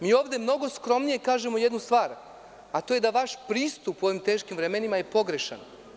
Mi ovde mnogo skromnije kažemo jednu stvar, a to je da je vaš pristup u ovim teškim vremenima pogrešan.